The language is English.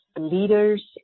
leaders